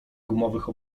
gumowych